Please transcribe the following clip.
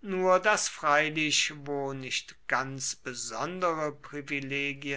nur daß freilich wo nicht ganz besondere privilegien